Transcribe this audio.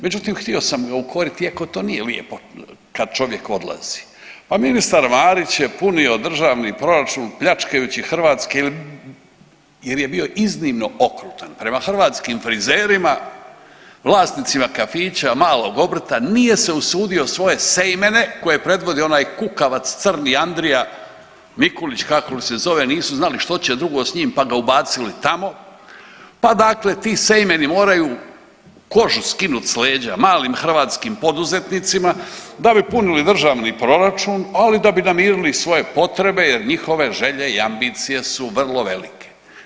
Međutim, htio sam ga ukoriti iako to nije lijepo kad čovjek odlazi, pa ministar Marić je punio državni proračun pljačkajući hrvatske ili, jer je bio iznimno okrutan prema hrvatskim frizerima, vlasnicima kafića, malog obrta, nije se usudio svoje seimene koje predvodi onaj kukavac crni Andrija Mikulić, kako li se zove, nisu znali što će drugo s njim, pa ga ubacili tamo, pa dakle ti seimeni moraju kožu skinut s leđa malim hrvatskim poduzetnicima da bi punili državni proračun, ali i da bi namirili svoje potrebe jer njihove želje i ambicije su vrlo velike.